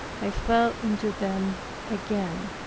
i fell into them again.